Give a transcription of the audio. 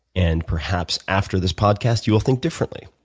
and perhaps after this podcast you will think differently.